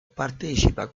partecipa